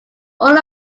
all